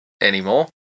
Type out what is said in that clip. anymore